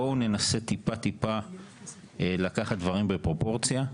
בואו ננסה טיפה טיפה לקחת דברים בפרופורציה.